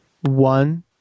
One